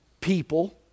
people